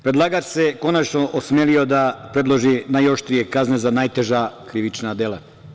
Predlagač se konačno osmelio da predloži najoštrije kazne za najteža krivična dela.